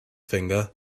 finger